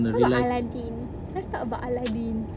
how about aladdin let's talk about aladdin